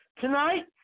Tonight